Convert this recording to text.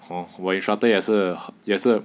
hor 我 instructor 也是也是